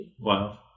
Wow